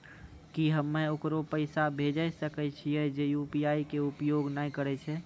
की हम्मय ओकरा पैसा भेजै सकय छियै जे यु.पी.आई के उपयोग नए करे छै?